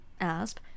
Asp